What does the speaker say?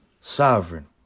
sovereign